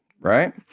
right